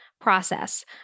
process